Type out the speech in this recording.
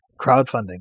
crowdfunding